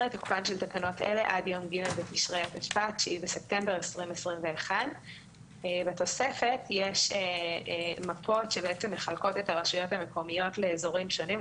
12. תוקפן של תקנות אלה עד יום ג' בתשרי התשפ"א (9 בספטמבר 2021). בתוספת יש מפות שמחלקות את הרשויות המקומיות לאזורים שונים,